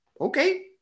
okay